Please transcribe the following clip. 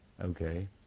okay